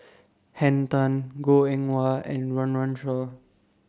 Henn Tan Goh Eng Wah and Run Run Shaw